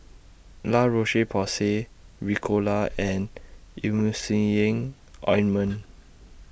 La Roche Porsay Ricola and Emulsying Ointment